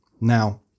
Now